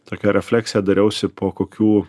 tokią refleksiją dariausi po kokių